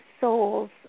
souls